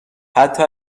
حتی